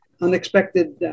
unexpected